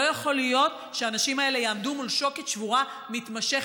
לא יכול להיות שהאנשים האלה יעמדו מול שוקת שבורה מתמשכת,